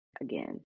again